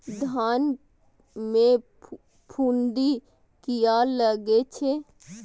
धान में फूफुंदी किया लगे छे?